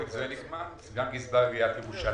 סגן גזבר עיריית ירושלים.